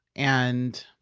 and,